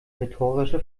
rhetorische